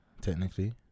Technically